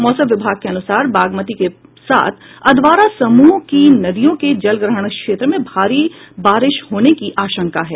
मौसम विभाग के अनुसार बागमती के साथ अधवारा समूह की नदियों के जलग्रहण क्षेत्र में भारी बारिश होने की आशंका है